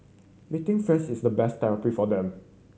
meeting friends is the best therapy for them